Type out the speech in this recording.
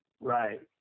Right